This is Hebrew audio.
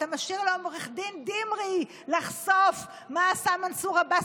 אתה משאיר לעו"ד דמרי לחשוף מה עשה מנסור עבאס